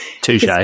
touche